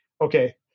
okay